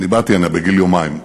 אני באתי הנה בגיל יומיים,